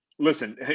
Listen